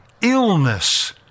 illness